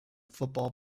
football